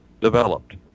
developed